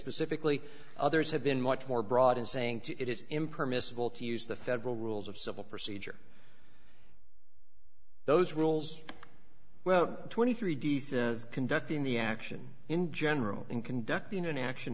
specifically others have been much more broad in saying to it is impermissible to use the federal rules of civil procedure those rules well twenty three d says conducting the action in general in conducting an action